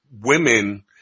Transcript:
women